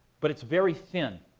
but it's very thin.